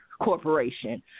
corporation